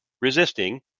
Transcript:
resisting